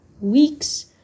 weeks